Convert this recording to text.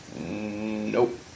Nope